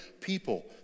people